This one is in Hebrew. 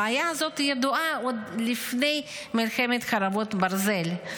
הבעיה הזאת ידועה עוד מלפני מלחמת חרבות ברזל.